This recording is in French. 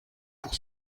pour